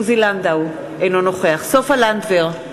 אינו נוכח סופה לנדבר,